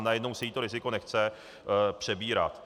A najednou se jí to riziko nechce přebírat.